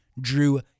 drew